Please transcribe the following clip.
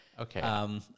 Okay